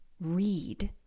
read